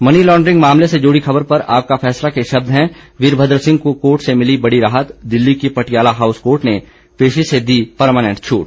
money laundering मामले से जुड़ी खबर पर आपका फैसला के शब्द हैं वीरभद्र सिंह को कोर्ट से मिली बड़ी राहत दिल्ली की पटियाला हाउस कोर्ट ने पेशी से दी परमानेंट छूट